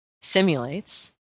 simulates